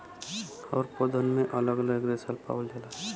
हर पौधन में अलग अलग रेसा पावल जाला